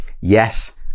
Yes